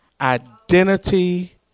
identity